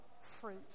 fruit